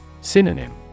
Synonym